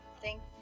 Thank